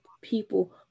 people